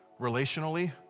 relationally